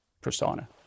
persona